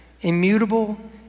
immutable